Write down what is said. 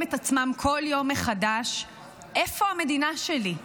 את עצמם כל יום מחדש: איפה המדינה שלי?